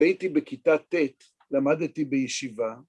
כשהייתי בכיתה ט', למדתי בישיבה